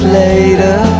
later